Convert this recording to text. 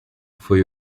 foi